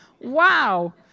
Wow